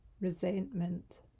resentment